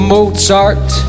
Mozart